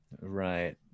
right